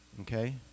Okay